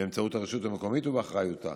באמצעות הרשות המקומית ובאחריותה.